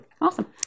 Awesome